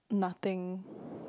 nothing